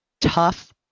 tough